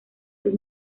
sus